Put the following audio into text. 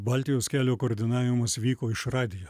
baltijos kelio koordinavimas vyko iš radijo